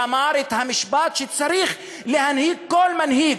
ואמר את המשפט שצריך להנהיג כל מנהיג,